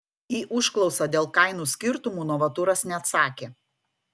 į užklausą dėl kainų skirtumų novaturas neatsakė